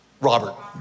Robert